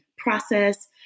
Process